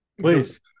Please